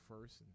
first